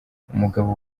umugabo